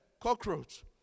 cockroach